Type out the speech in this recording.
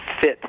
fit